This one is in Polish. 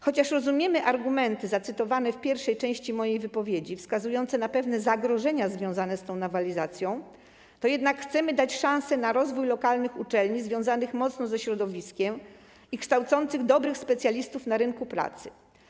Chociaż rozumiemy argumenty zacytowane w pierwszej części mojej wypowiedzi, wskazujące na pewne zagrożenia związane z tą nowelizacją, to jednak chcemy dać szansę na rozwój lokalnych uczelni związanych mocno ze środowiskiem i kształcących dobrych specjalistów na rynku pracy.